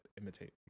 imitate